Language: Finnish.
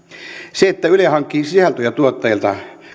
se että yle hankkii sisältöjä tuottajilta